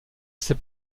ces